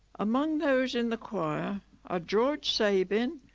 among those in the choir are george sabin,